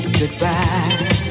goodbye